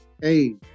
Hey